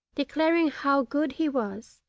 declaring how good he was,